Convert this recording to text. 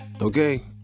okay